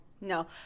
no